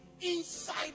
inside